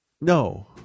No